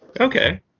Okay